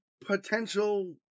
potential